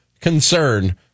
concern